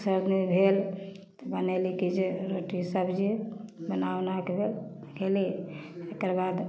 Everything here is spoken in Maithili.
ई सब अपने भेल तऽ बनैली कि जे रोटी सब्जी बना उनाके फेर खेली एकर बाद